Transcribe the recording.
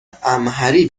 امهری